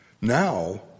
Now